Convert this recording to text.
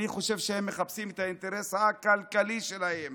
אני חושב שהם מחפשים את האינטרס הכלכלי שלהם.